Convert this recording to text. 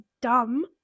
dumb